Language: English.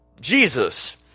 Jesus